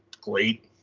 great